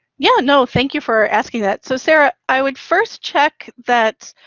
yeah, no, thank you for asking that. so sarah, i would first check that,